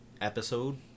episode